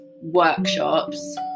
workshops